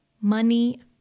money